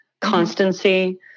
constancy